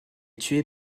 tuée